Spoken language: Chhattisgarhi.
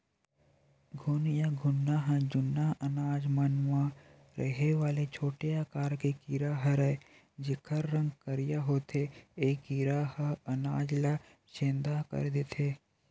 घुन या घुना ह जुन्ना अनाज मन म रहें वाले छोटे आकार के कीरा हरयए जेकर रंग करिया होथे ए कीरा ह अनाज ल छेंदा कर देथे